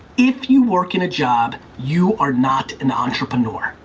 if you work in a job, you are not an entrepreneur.